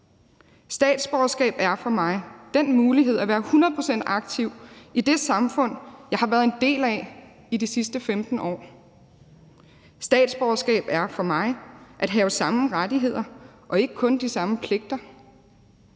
statsborgerskab er for mig den mulighed at være hundrede procent aktiv i det samfund, jeg har været en del af i de sidste 15 år. Statsborgerskab er for mig at have de samme rettigheder og ikke kun de samme pligter;